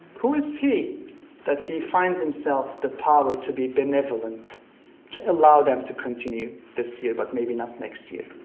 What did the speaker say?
who is he that he finds himself the power to be benevolent to allow them to continue this year but maybe not next year.